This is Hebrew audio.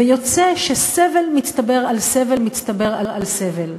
ויוצא שסבל מצטבר על סבל מצטבר על סבל.